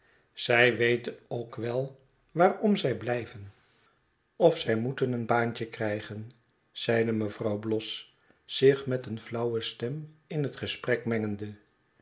zij weten ook wel waarom zij blijven of zij moeten een baantje krijgen zeide mevrouw bloss zich met een flauwe stem in het gesprek mengende